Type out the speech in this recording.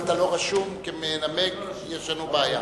אתה לא רשום כמנמק, יש לנו בעיה.